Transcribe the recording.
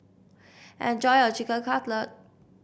enjoy your Chicken Cutlet